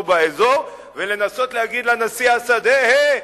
באזור ולנסות להגיד לנשיא אסד: היי,